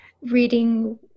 reading